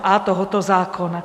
a) tohoto zákona.